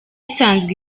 isanzwe